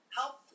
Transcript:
help